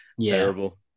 Terrible